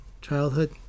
childhood